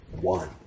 one